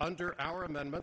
under our amendment